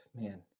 man